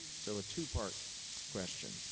so, a two-part question.